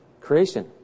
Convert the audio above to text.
creation